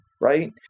Right